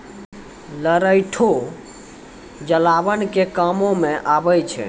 लरैठो जलावन के कामो मे आबै छै